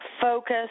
focus